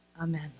Amen